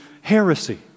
heresy